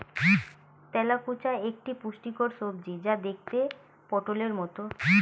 তেলাকুচা একটি পুষ্টিকর সবজি যা দেখতে পটোলের মতো